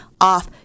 off